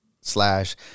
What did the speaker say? slash